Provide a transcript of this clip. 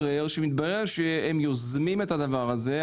התברר שהם יוזמים את הדבר הזה.